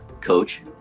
coach